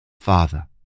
Father